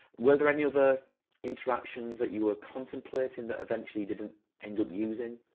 were there any other interactions that you were contemplating that eventually didn't end up using?